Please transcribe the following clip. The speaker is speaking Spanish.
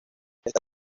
esta